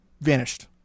vanished